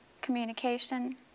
communication